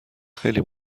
خیلی